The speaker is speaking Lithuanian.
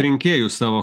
rinkėjų savo